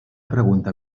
pregunta